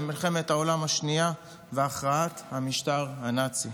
במלחמת העולם השנייה והכרעת המשטר הנאצי.